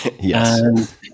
Yes